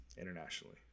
internationally